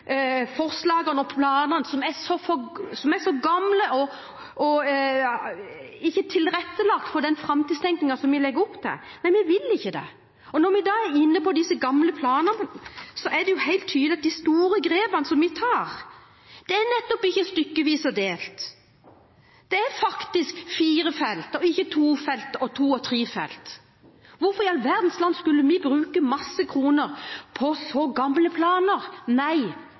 som er gamle og ikke tilrettelagt for den framtidstenkningen som vi legger opp til. Vi vil ikke det. Og når vi er inne på disse gamle planene, er det helt tydelig at de store grepene som vi tar, nettopp ikke er stykkevis og delt. Det er faktisk fire felt og ikke to felt eller to og tre felt. Hvorfor i all verdens land skulle vi bruke masse kroner på så gamle planer? Nei,